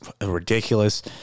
ridiculous